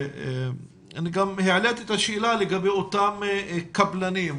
אני גם העליתי את השאלה לגבי אותם קבלנים,